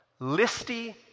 listy